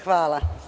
Hvala.